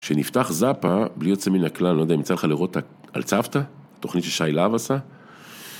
שנפתח זאפה, בלי יוצא מן הכלל, לא יודע אם צריך לראות על צוותא, תוכנית ששי להב עשה.